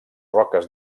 roques